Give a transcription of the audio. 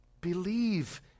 Believe